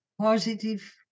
positive